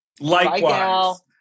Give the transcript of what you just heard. Likewise